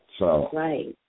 Right